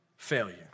failure